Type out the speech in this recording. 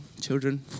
children